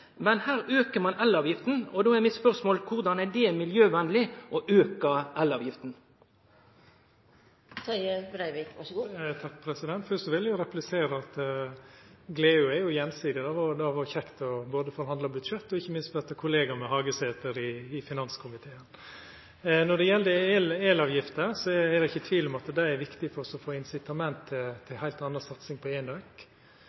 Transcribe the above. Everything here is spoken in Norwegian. men her aukar ein el-avgifta. Då er mitt spørsmål: Korleis er det miljøvennleg – å auke el-avgifta? Først vil eg replisera at gleda er gjensidig, og det har vore kjekt både å forhandla budsjett og ikkje minst verta kollega med Hagesæter i finanskomiteen. Når det gjeld el-avgifta, er det ikkje tvil om at det er viktig for å få incitament til